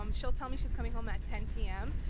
um she'll tell me she's coming home at ten p m.